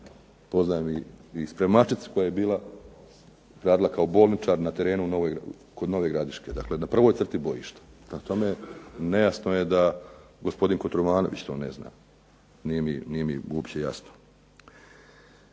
poznajem i spremačicu koja je bila, radila kao bolničar na terenu kod Nove Gradiške, dakle na prvoj crti bojišta. Prema tome, nejasno je da to gospodin Kotromanović to ne zna, nije mi uopće jasno.